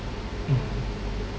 mm